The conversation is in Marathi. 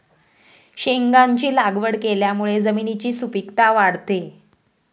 शेंगांची लागवड केल्यामुळे जमिनीची सुपीकता वाढते